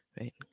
right